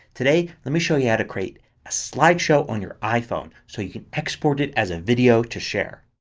today let me show you how to create a slideshow on your iphone so you can export it as a video to share.